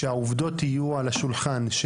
שהעובדות יהיו על השולחן.